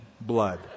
blood